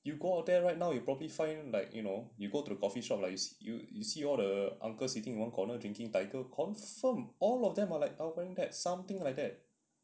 you out go there right now you'll probably find like you know you go to the coffee shop you see all the uncle sitting in one corner drinking tiger confirm all of them are like wearing something like that